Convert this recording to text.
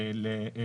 תעסוקה למגורים,